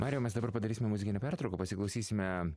mariau mes dabar padarysime muzikinę pertrauką pasiklausysime